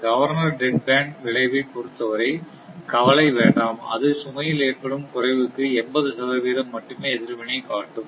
governor dead band விளைவை பொறுத்தவரை கவலை வேண்டாம் அது சுமையில் ஏற்படும் குறைவுக்கு 80 சதவிகிதம் மட்டுமே எதிர்வினை காட்டும்